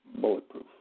bulletproof